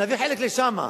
להביא חלק לשם,